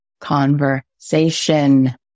conversation